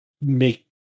make